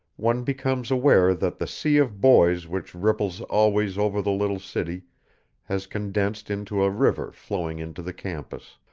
one becomes aware that the sea of boys which ripples always over the little city has condensed into a river flowing into the campus.